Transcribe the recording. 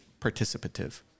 participative